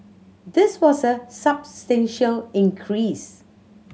this was a substantial increase